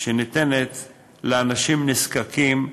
שניתנת לאנשים נזקקים,